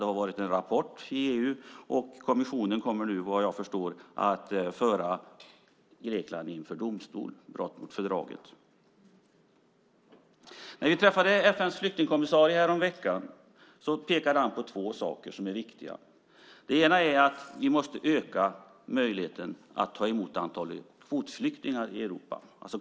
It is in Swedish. Det har varit en rapport i EU, och kommissionen kommer nu att föra Grekland inför domstol för brott mot fördraget. När vi träffade FN:s flyktingkommissarie häromveckan pekade han på två saker som är viktiga. Det ena är att vi måste öka möjligheten att ta emot kvotflyktingar i Europa.